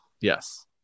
Yes